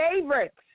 favorites